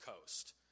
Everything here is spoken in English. Coast